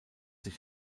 sich